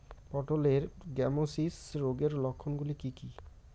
পটলের গ্যামোসিস রোগের লক্ষণগুলি কী কী?